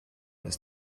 ist